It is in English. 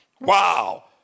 Wow